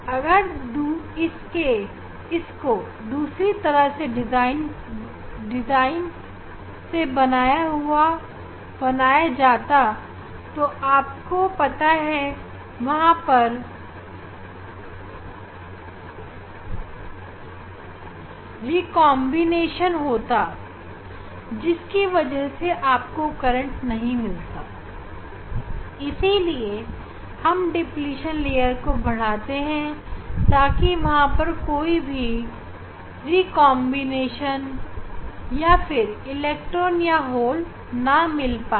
अगर इसको दूसरी तरह के डिज़ाइन से बनाया जाता तो आपको पता है वहां पर रिकांबिनेशन हो जाता जिसकी वजह से आपको करंट नहीं मिलता इसीलिए हम डिप्लीशन लेयर को बढ़ाते हैं ताकि वहां पर कोई भी इलेक्ट्रॉन या होल ना मिल पाए